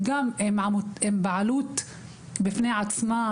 הם בעלות בפני עצמה,